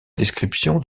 description